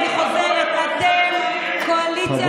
ואני חוזרת: אתם קואליציית האליטות הלבנות,